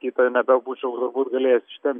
kito nebebūčiau turbūt galėjęs ištem